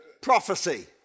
prophecy